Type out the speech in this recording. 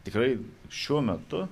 tikrai šiuo metu